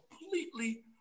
completely